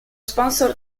sponsor